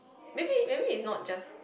maybe maybe it's not just